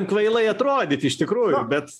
kvailai atrodyt iš tikrųjų bet